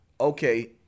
okay